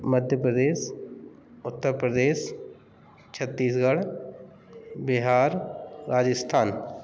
Madhya Pradesh Uttar Pradesh Chhattisgarh Bihar Rajasthan